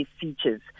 features